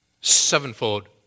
sevenfold